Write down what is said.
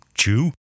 chew